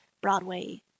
Broadway